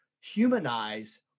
humanize